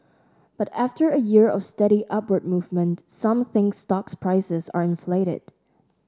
but after a year of steady upward movement some think stocks prices are inflated